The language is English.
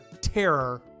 terror